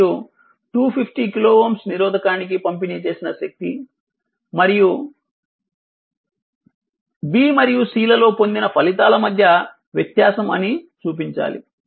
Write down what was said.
మరియు 250 KΩ నిరోధకానికి పంపిణీ చేసిన శక్తి మరియు ల లో పొందిన ఫలితాల మధ్య వ్యత్యాసం అని చూపించాలి